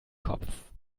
kopf